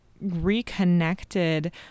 reconnected